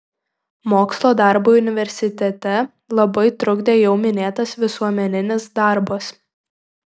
mokslo darbui universitete labai trukdė jau minėtas visuomeninis darbas